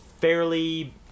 fairly